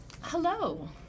Hello